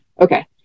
Okay